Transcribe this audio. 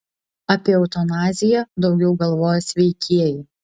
apie eutanaziją daugiau galvoja sveikieji